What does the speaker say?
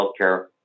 healthcare